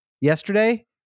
Yesterday